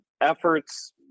efforts